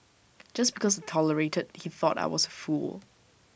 just because I tolerated he thought I was A fool